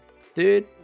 Third